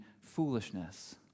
foolishness